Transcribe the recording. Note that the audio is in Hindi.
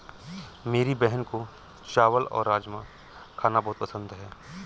मेरी बहन को चावल और राजमा खाना बहुत पसंद है